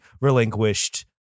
relinquished